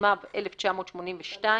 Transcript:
התשמ"ב 1982‏,